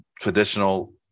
traditional